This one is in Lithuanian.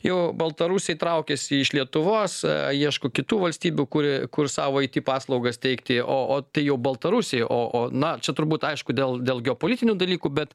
jau baltarusiai traukiasi iš lietuvos ieško kitų valstybių kuri kur savo it paslaugas teikti o tai jau baltarusija o o na čia turbūt aišku dėl dėl geopolitinių dalykų bet